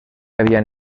havia